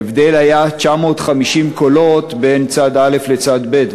ההבדל היה 950 קולות בין צד א' לצד ב',